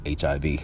HIV